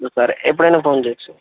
సరే ఎప్పుడైనా ఫోన్ చెయ్యొచ్చు సార్